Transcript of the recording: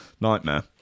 Nightmare